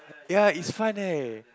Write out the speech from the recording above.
ya it's fun eh